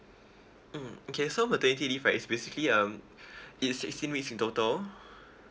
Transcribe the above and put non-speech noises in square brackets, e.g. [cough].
mm okay so maternity leave right is basically um [breath] it's sixteen weeks in total [breath]